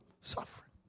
suffering